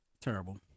Terrible